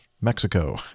Mexico